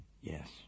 Yes